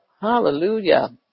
Hallelujah